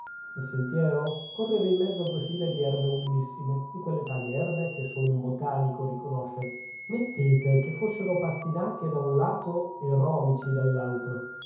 il sentiero correva in mezzo a due file di erbe umilissime di quelle tali erbe che solo un botanico riconosce mettete che fossero pastinache da un lato e romici dall'altro